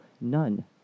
none